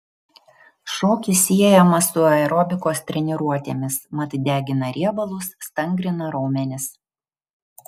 šokis siejamas su aerobikos treniruotėmis mat degina riebalus stangrina raumenis